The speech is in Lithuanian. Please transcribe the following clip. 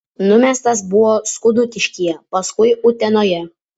numestas buvo skudutiškyje paskui utenoje